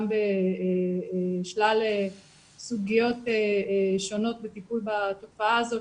בשלל סוגיות שונות ששוקל ובוחן בטיפול בתופעה הזאת,